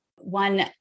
one